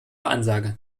ansage